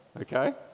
okay